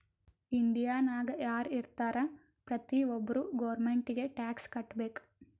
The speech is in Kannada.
ಇಂಡಿಯಾನಾಗ್ ಯಾರ್ ಇರ್ತಾರ ಪ್ರತಿ ಒಬ್ಬರು ಗೌರ್ಮೆಂಟಿಗಿ ಟ್ಯಾಕ್ಸ್ ಕಟ್ಬೇಕ್